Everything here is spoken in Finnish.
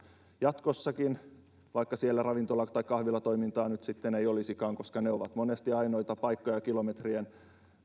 jatkossakin vaikka siellä ravintola tai kahvilatoimintaa nyt sitten ei olisikaan koska ne ovat monesti ainoita paikkoja likimainkaan kilometreihin